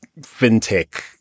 fintech